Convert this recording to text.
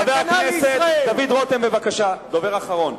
חבר הכנסת דוד רותם, בבקשה, הדובר האחרון.